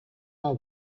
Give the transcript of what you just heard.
are